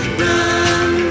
run